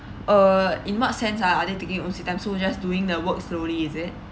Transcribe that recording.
uh in what sense ah are they taking their own sweet time so just doing the work slowly is it